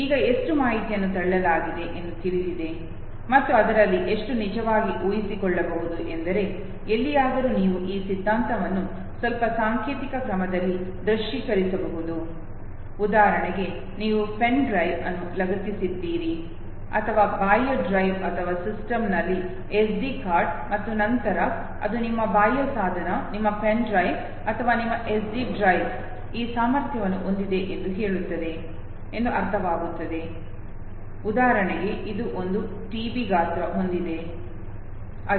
ಈಗ ಎಷ್ಟು ಮಾಹಿತಿಯನ್ನು ತಳ್ಳಲಾಗಿದೆ ಎಂದು ತಿಳಿದಿದೆ ಮತ್ತು ಅದರಲ್ಲಿ ಎಷ್ಟು ನಿಜವಾಗಿ ಉಳಿಸಿಕೊಳ್ಳಬಹುದು ಎಂದರೆ ಎಲ್ಲಿಯಾದರೂ ನೀವು ಈ ಸಿದ್ಧಾಂತವನ್ನು ಸ್ವಲ್ಪ ಸಾಂಕೇತಿಕ ಕ್ರಮದಲ್ಲಿ ದೃಶ್ಯೀಕರಿಸಬಹುದು ಉದಾಹರಣೆಗೆ ನೀವು ಪೆನ್ ಡ್ರೈವ್ ಅನ್ನು ಲಗತ್ತಿಸಿದ್ದೀರಿ ಅಥವಾ ಬಾಹ್ಯ ಡ್ರೈವ್ ಅಥವಾ ಸಿಸ್ಟಂನಲ್ಲಿ ಎಸ್ಡಿ ಕಾರ್ಡ್ ಮತ್ತು ನಂತರ ಅದು ನಿಮ್ಮ ಬಾಹ್ಯ ಸಾಧನ ನಿಮ್ಮ ಪೆನ್ ಡ್ರೈವ್ ಅಥವಾ ನಿಮ್ಮ ಎಸ್ಡಿ ಡ್ರೈವ್ ಈ ಸಾಮರ್ಥ್ಯವನ್ನು ಹೊಂದಿದೆ ಎಂದು ಹೇಳುತ್ತದೆ ಎಂದು ಅರ್ಥವಾಗುತ್ತದೆ ಉದಾಹರಣೆಗೆ ಇದು ಒಂದು ಟಿಬಿ ಗಾತ್ರವನ್ನು ಹೊಂದಿದೆ ಅದು